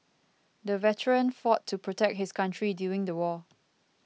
the veteran fought to protect his country during the war